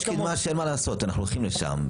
יש קידמה שאין מה לעשות, אנחנו הולכים לשם.